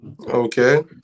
Okay